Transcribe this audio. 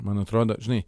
man atrodo žinai